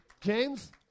James